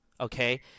okay